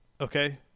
Okay